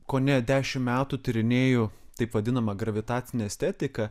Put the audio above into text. kone dešimt metų tyrinėju taip vadinamą gravitacinę estetiką